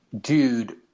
dude